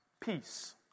peace